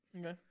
Okay